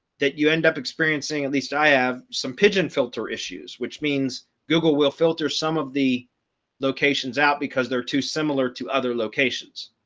that you end up experiencing at least i have some pigeon filter issues, which means google will filter some of the locations out because they're too similar to other locations.